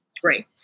great